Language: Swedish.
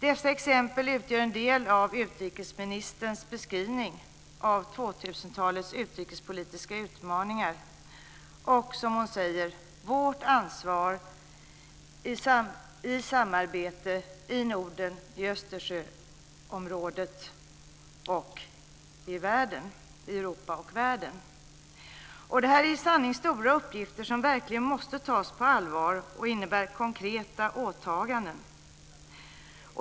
Dessa exempel utgör en del av utrikesministerns beskrivning av 2000-talets utrikespolitiska utmaningar och, som hon säger, "vårt ansvar - i samarbete - i Norden och Östersjöområdet, i Europa och i världen". Det här är i sanning stora uppgifter som verkligen måste tas på allvar och som innebär konkreta åtaganden.